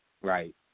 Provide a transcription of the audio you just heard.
Right